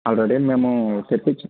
already మేము తెప్పించాము